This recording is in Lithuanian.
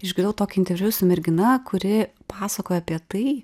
išgirdau tokį interviu su mergina kuri pasakoja apie tai